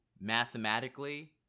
mathematically